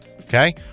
Okay